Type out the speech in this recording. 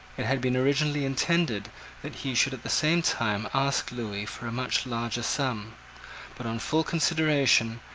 it had been originally intended that he should at the same time ask lewis for a much larger sum but, on full consideration,